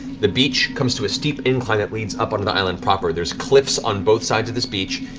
the beach comes to a steep incline that leads up onto the island proper. there's cliffs on both sides of this beach,